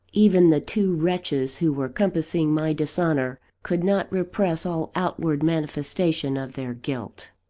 even the two wretches who were compassing my dishonour could not repress all outward manifestation of their guilt.